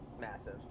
massive